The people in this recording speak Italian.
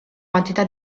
quantità